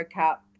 up